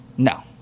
No